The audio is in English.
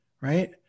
right